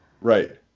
Right